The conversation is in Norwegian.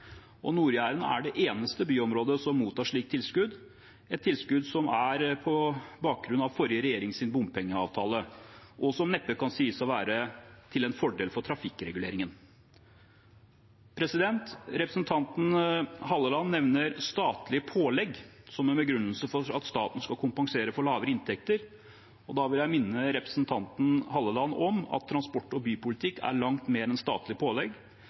er det eneste byområdet som mottar slikt tilskudd, et tilskudd som er på bakgrunn av forrige regjerings bompengeavtale, og som neppe kan sies å være til fordel for trafikkreguleringen. Representanten Halleland nevner statlig pålegg som en begrunnelse for at staten skal kompensere for lavere inntekter. Da vil jeg minne representanten Halleland om at transport- og bypolitikk er langt mer enn statlig pålegg.